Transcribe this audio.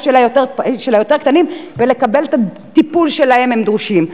של הקטנים יותר ולקבל את הטיפול שהם דורשים.